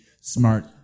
smart